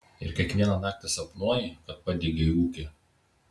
ir kiekvieną naktį sapnuoji kad padegei ūkį